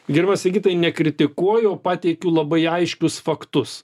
gerbiamas sigitai nekritikuoju o pateikiu labai aiškius faktus